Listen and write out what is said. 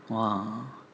ah